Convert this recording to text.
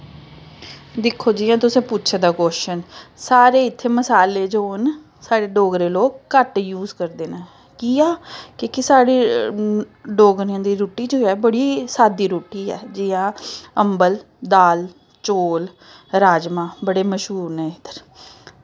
दिक्खो जी जियां तुसें पुच्छे दा क्वेच्शन साढ़े इत्थें मसाले जो न साढ़े डोगरा लोग घट्ट यूज़ करदे न कि के साढ़े डोगरें दी जो रुट्टी ऐ ओह् बड़ी सादी रुट्टी ऐ जि'यां अम्बल दाल चौल राजमाह् बड़े मशहूर न इद्धर